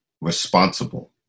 responsible